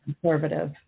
conservative